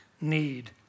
need